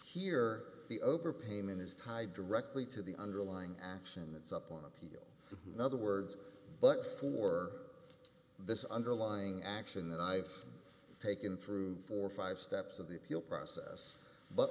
here the overpayment is tied directly to the underlying action that's up on appeal in other words books for this underlying action that i've taken through four or five steps of the appeal process